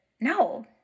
no